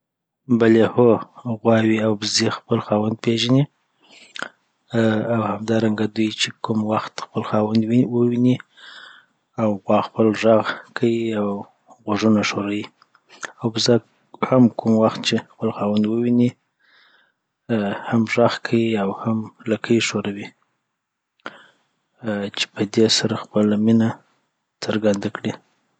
.بلی هو غواوې او بزې خپل خاوند پیژني. آ او همدارنګه دوی چی کوم وخت خپل خاوند وویني آ غوا خپل غږ کیی او غوږونه ښوروي او بزه هم چې کوم وخت خپل خاوند وویني .آ هم غږ کیی اوهم لکې ښوروي آ چي پدي سره خپله مينه څرګندوي